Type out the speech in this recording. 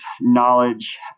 knowledge